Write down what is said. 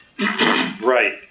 Right